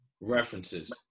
References